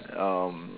um